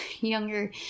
younger